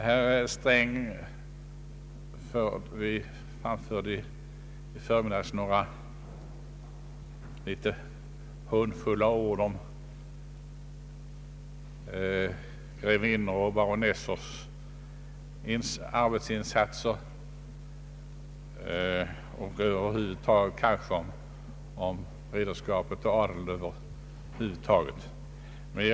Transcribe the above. Herr Sträng yttrade i förmiddags några litet hånfulla ord om grevinnors och baronessors arbetsinsatser och om ridderskapet och adeln över huvud taget.